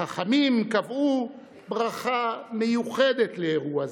חכמים קבעו ברכה מיוחדת לאירוע זה,